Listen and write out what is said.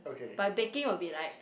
but baking will be like